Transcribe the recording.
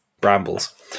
brambles